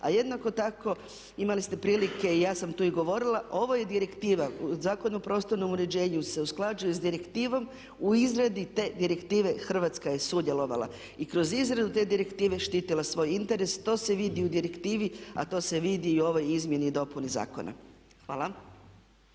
a jednako tako imali ste prilike i ja sam tu i govorila ovo je direktiva Zakon o prostornom uređenju se usklađuje sa direktivom, u izradi te direktive Hrvatska je sudjelovala. I kroz izradu te direktive štitila svoj interes, to se vidi u direktivi a to se vidi i u ovoj izmjeni i dopuni zakona. Hvala.